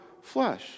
flesh